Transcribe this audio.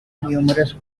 numerous